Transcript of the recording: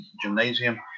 Gymnasium